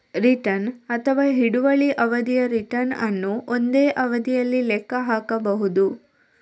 return ಅಥವಾ ಹಿಡುವಳಿ ಅವಧಿಯ ರಿಟರ್ನ್ ಅನ್ನು ಒಂದೇ ಅವಧಿಯಲ್ಲಿ ಲೆಕ್ಕ ಹಾಕಬಹುದು